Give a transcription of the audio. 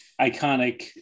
iconic